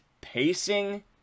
pacing